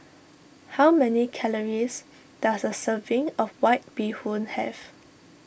how many calories does a serving of White Bee Hoon have